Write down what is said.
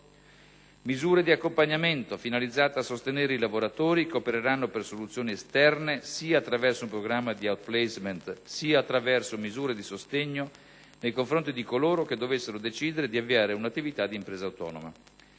misure di accompagnamento finalizzate a sostenere i lavoratori che opereranno per soluzioni esterne, sia attraverso un programma di *outplacement*, sia attraverso misure di sostegno nei confronti di coloro che dovessero decidere di avviare una attività di impresa autonoma;